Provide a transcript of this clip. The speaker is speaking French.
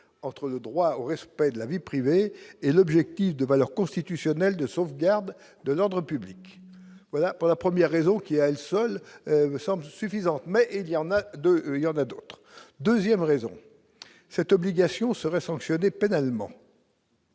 entre le droit au respect de la vie privée et l'objectif de valeur constitutionnelle de sauvegarde de l'ordre public, voilà pour la 1ère raison qui à elle seule ne semble suffisante, mais il y en a 2, il y en a d'autres 2ème raison cette obligation serait sanctionné pénalement.